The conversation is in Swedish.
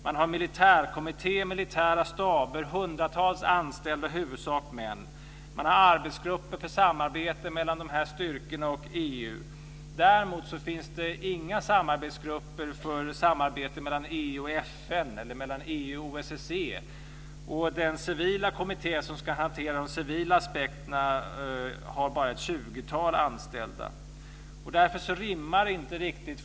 Man har militärkommitté, militära staber, hundratals anställda - i huvudsak män. Man har arbetsgrupper för samarbete mellan de här styrkorna och EU. Däremot finns det inga arbetsgrupper för samarbete mellan EU och FN eller mellan EU och OSSE. Den civila kommitté som ska hantera de civila aspekterna har bara ett tjugotal anställda.